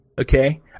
Okay